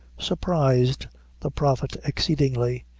surprised the prophet exceedingly.